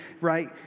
right